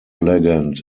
legend